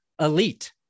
elite